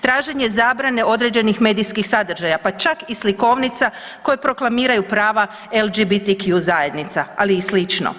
Traženje zabrane određenih medijskih sadržaja pa čak i slikovnica koje proklamiraju prava GLBTQ zajednica, ali i slično.